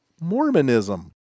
Mormonism